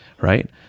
right